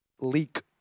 leak